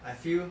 I feel